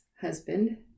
husband